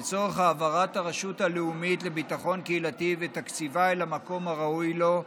לצורך העברת הרשות הלאומית לביטחון קהילתי ותקציבה אל המקום הראוי לו,